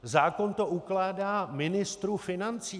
Zákon to ukládá ministru financí.